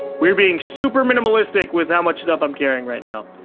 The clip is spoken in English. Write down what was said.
we're being super minimalistic with how much stuff i'm carrying right now.